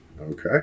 Okay